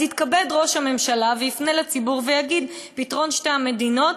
אז יתכבד ראש הממשלה ויפנה לציבור ויגיד: פתרון שתי המדינות,